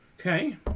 Okay